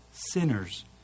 Sinners